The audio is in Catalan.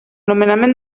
nomenament